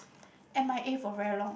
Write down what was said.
M_I_A for very long